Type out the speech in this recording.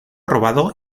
robado